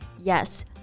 Yes